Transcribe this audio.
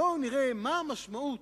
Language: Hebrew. בואו נראה מה המשמעות